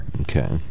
Okay